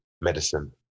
medicine